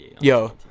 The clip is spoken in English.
Yo